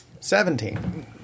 seventeen